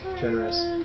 generous